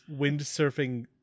windsurfing